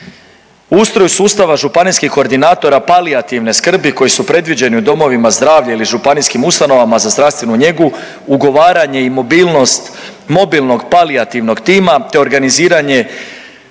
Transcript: Ustroj sustava županijskih koordinatora palijativne skrbi koji su predviđeni u domovima zdravlja ili županijskim ustanovama za zdravstvenu njegu, ugovaranje i mobilnost mobilnog palijativnog tima te organiziranje